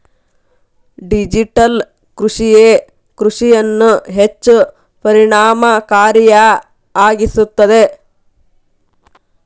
digital ಕೃಷಿಯೇ ಕೃಷಿಯನ್ನು ಹೆಚ್ಚು ಪರಿಣಾಮಕಾರಿಯಾಗಿಸುತ್ತದೆ